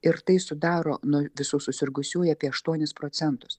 ir tai sudaro nuo visų susirgusiųjų apie aštuonis procentus